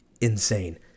insane